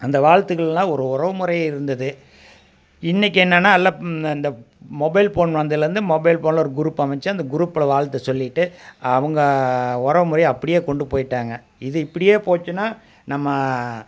அந்த வாழ்த்துக்கள்லெலாம் ஒரு உறவுமுறை இருந்தது இன்னைக்கி என்னன்னா எல்லா இந்த மொபைல் ஃபோன் வந்ததுலேருந்து மொபைல் ஃபோன்ல ஒரு குரூப் அமைச்சி அந்த குரூப்ல வாழ்த்து சொல்லிகிட்டு அவங்க உறவுமுறைய அப்படியே கொண்டுபோய்ட்டாங்க இது இப்படியே போச்சுன்னா நம்ம